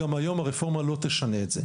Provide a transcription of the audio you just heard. גם היום הרפורמה לא תשנה את זה,